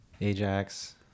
Ajax